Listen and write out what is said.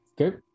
Okay